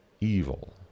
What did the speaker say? evil